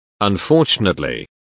Unfortunately